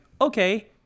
okay